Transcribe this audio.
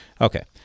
Okay